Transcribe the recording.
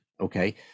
Okay